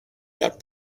that